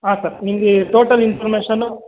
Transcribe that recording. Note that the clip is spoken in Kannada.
ಹಾಂ ಸರ್ ನಿಮಗೆ ಟೋಟಲ್ ಇನ್ಫಾರ್ಮೇಷನು